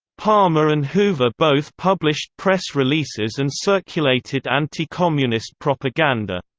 palmer and hoover both published press releases and circulated anti-communist propaganda.